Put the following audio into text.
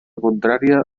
contrària